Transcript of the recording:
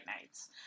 Nights